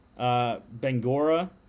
Bengora